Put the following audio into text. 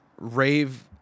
rave